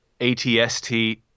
ATST